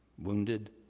wounded